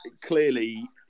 clearly